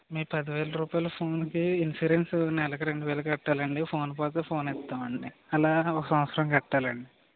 మీ పదివేల రూపాయలు ఫోన్కి ఇన్సూరెన్స్ నెలకి రెండు వేలు కట్టాలండి ఫోన్ పోతే ఫోన్ ఇస్తామండి అలా ఒక సంవత్సరం కట్టాలండి